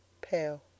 pale